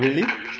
really